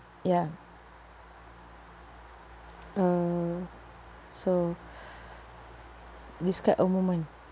ya uh so describe a moment